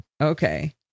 okay